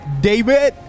david